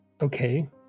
Okay